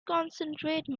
concentrate